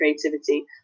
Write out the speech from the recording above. creativity